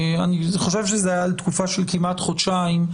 אני חושב שזה היה לתקופה של כמעט חודשיים.